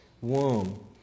womb